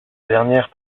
dernière